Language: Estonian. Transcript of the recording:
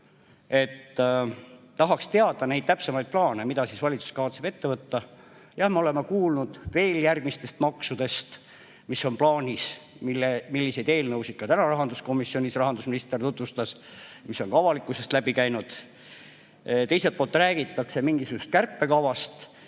Tahaks teada täpsemaid plaane, mida valitsus kavatseb ette võtta. Jah, me oleme kuulnud veel järgmistest maksudest, mis on plaanis, neid eelnõusid täna rahanduskomisjonis rahandusminister tutvustas, need on ka avalikkuses läbi käinud. Teiselt poolt räägitakse mingisugusest kärpekavast.